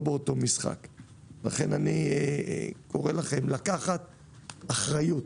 לכן, אני קורא לכם לקחת אחריות,